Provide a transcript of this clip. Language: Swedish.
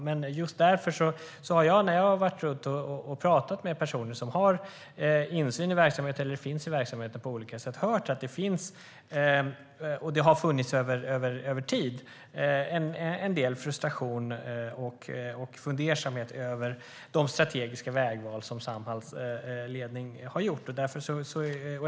Men när jag har talat med människor som har insyn i verksamheten eller finns i verksamheten på olika sätt har jag hört att det finns och över tid har funnits en del frustration och fundersamhet över de strategiska vägval som Samhalls ledning har gjort.